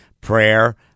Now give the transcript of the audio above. prayer